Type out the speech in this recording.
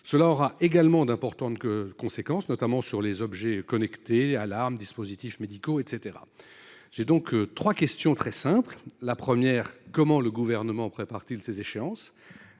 Cela aura également d’importantes conséquences, notamment pour les objets connectés : alarmes, dispositifs médicaux… J’ai donc trois questions simples. Tout d’abord, comment le Gouvernement prépare t il ces échéances ?